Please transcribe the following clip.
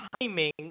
timing